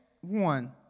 one